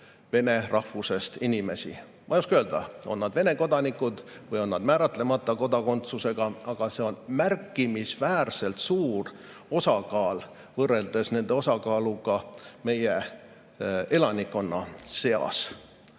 vene rahvusest inimesi. Ma ei oska öelda, kas on nad Vene kodanikud või nad on määratlemata kodakondsusega isikud, aga see on märkimisväärselt suur osakaal võrreldes nende osakaaluga meie elanikkonna seas.